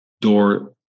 door